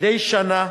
מדי שנה,